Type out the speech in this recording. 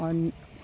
পানী